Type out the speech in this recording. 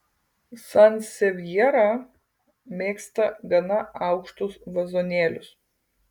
sansevjera mėgsta gana aukštus vazonėlius